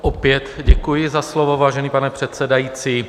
Opět děkuji za slovo, vážený pane předsedající.